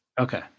Okay